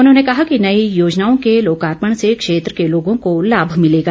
उन्होंने कहा कि नई योजनाओं के लोकार्पण से क्षेत्र के लोगों को लाभ मिलेगा